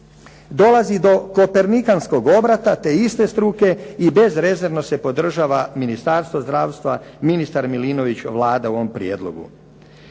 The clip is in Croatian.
dolazi do kopernikanskog obrata te iste struke i bezrezervno se podržava Ministarstvo zdravstva, ministar Milinović, Vlada u ovom prijedlogu.